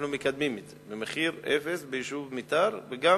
אנחנו מקדמים את זה במחיר אפס ביישוב מיתר, וגם